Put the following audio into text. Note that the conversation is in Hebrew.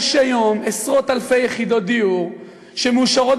יש היום עשרות-אלפי יחידות דיור שמאושרות